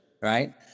Right